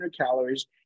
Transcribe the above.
calories